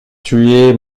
tué